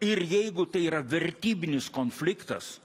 ir jeigu tai yra vertybinis konfliktas